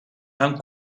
amb